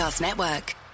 Network